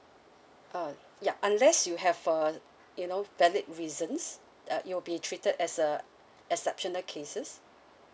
uh ya unless you have uh you know valid reasons that you'll be treated as a exceptional cases